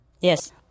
Yes